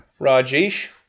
Rajesh